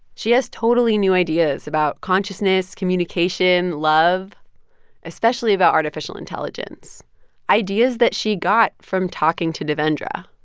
she has totally new ideas about consciousness, communication, love especially about artificial intelligence ideas that she got from talking to devendra.